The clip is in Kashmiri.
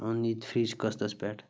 اوٚن ییٚتہِ فرٛچ قٕسطس پٮ۪ٹھ